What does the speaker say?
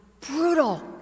brutal